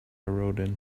rodin